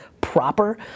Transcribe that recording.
proper